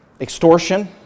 Extortion